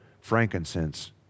frankincense